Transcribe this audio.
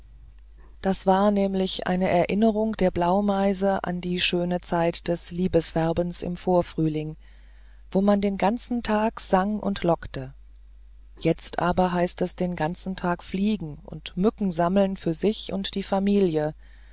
das war nämlich eine erinnerung der blaumeise an die schöne zeit des liebeswerbens im vorfrühling wo man den ganzen tag sang und lockte jetzt aber heißt es den ganzen tag fliegen und mücken sammeln für sich und die familie